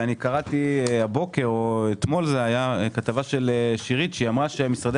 קראתי הבוקר או אתמול כתבה של שירית שהיא שאמרה שמשרדי